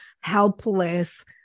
helpless